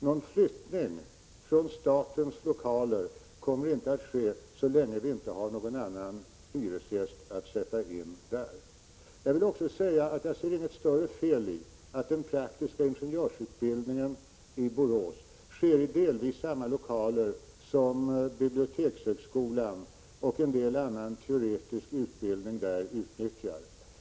Någon flyttning från statens lokaler kommer inte att ske så länge vi inte har någon annan hyresgäst till de lokalerna. Jag vill också säga att jag inte ser något större fel i att den praktiska ingenjörsutbildningen i Borås delvis sker i samma lokaler som Bibliotekshögskolan och en del annan teoretisk utbildning utnyttjar.